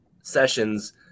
sessions